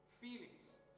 feelings